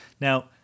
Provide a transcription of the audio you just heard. Now